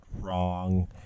wrong